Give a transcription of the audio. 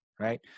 right